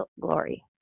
Glory